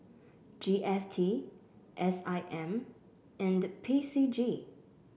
G S T S I M and P C G